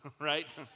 right